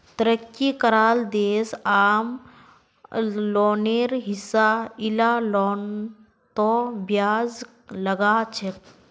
तरक्की कराल देश आम लोनेर हिसा इला लोनतों ब्याज लगाछेक